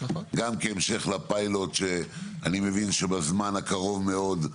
גם כהמשך לפיילוט שאני מבין שבזמן הקרוב מאוד,